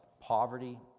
poverty